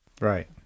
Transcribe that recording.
Right